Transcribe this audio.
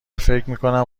فکرمیکنیم